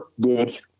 good